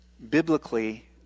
Biblically